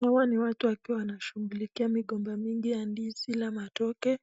Hawa ni watu wakiwa wanashughulikia migomba mingi ya ndizi la matoke,